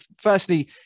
firstly